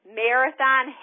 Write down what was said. marathon